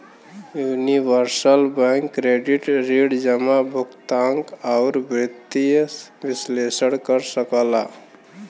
universal bank credit ऋण जमा, भुगतान, आउर वित्तीय विश्लेषण कर सकला